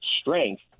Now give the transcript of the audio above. strength